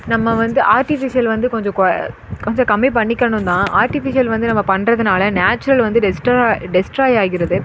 நம்ம வந்து ஆர்ட்டிஃபிஷியல் வந்து கொஞ்சம் கொ கொஞ்சம் கம்மி பண்ணிக்கனும் தான் ஆர்ட்டிஃபிஷியல் வந்து நம்ம பண்றதனால நேச்சுரல் வந்து டெஸ்ட்ராய் டெஸ்ட்ராய் ஆகிறது